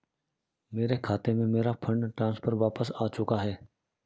मेरे खाते में, मेरा फंड ट्रांसफर वापस आ चुका है